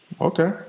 Okay